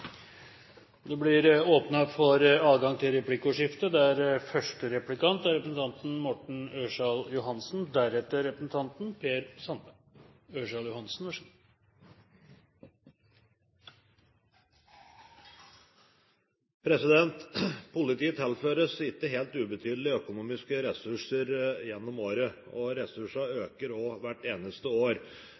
Det blir åpnet for replikkordskifte. Politiet tilføres ikke helt ubetydelige økonomiske ressurser gjennom året, og ressursene øker også hvert eneste år.